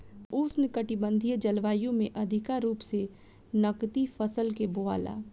उष्णकटिबंधीय जलवायु में अधिका रूप से नकदी फसल के बोआला